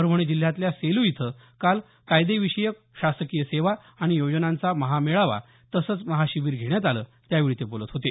परभणी जिल्ह्यातल्या सेलू इथं काल कायदेविषयक शासकीय सेवा आणि योजनांचा महामेळावा तसंच महाशिबीर घेण्यात आलं त्यावेळी ते बोलत होते